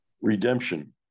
redemption